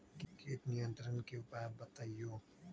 किट नियंत्रण के उपाय बतइयो?